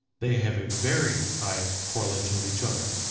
they have a very high correlation with each other.